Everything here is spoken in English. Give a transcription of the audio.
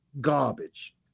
garbage